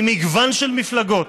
ממגוון של מפלגות,